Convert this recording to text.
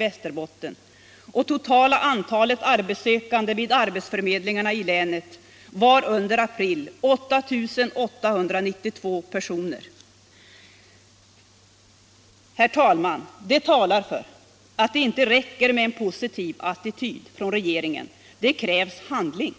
Detta talar för att det inte räcker med en positiv attityd från regeringens sida. Det krävs handling!